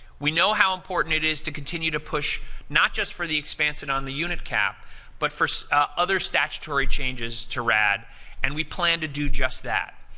we know how important it is to continue to push not just for the expansion on the unit cap but for other statutory changes to rad and we plan to do just that.